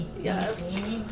Yes